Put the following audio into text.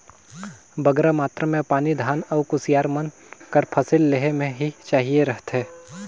बगरा मातरा में पानी धान अउ कुसियार मन कर फसिल लेहे में ही चाहिए रहथे